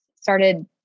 started